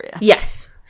Yes